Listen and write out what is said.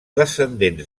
descendents